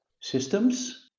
systems